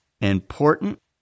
important